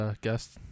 guest